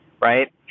right